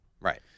Right